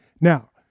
Now